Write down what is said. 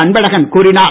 அன்பழகன் கூறினார்